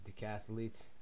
decathletes